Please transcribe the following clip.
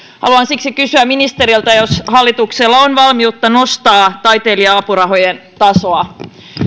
haluan siksi kysyä ministeriltä onko hallituksella valmiutta nostaa taitelija apurahojen tasoa